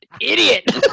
idiot